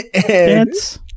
Dance